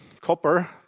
copper